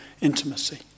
intimacy